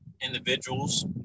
individuals